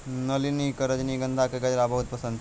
नलिनी कॅ रजनीगंधा के गजरा बहुत पसंद छै